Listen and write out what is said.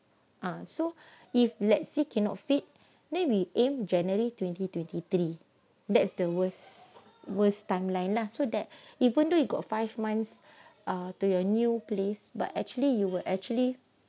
ah so if let's say cannot fit maybe we aim january twenty twenty three that's the worst worst timeline lah so that even though you got five months uh to your new place but actually you will actually